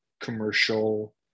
commercial